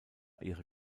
ihre